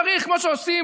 צריך לעשות כמו שעושים,